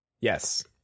Yes